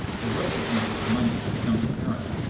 the worthlessness of the money becomes apparent,